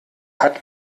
hat